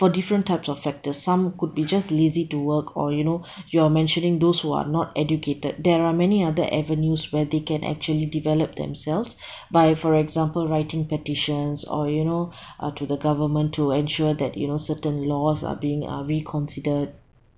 for different types of factors some could be just lazy to work or you know you are mentioning those who are not educated there are many other avenues where they can actually develop themselves by for example writing petitions or you know uh to the government to ensure that you know certain laws are being uh reconsidered